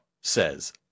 says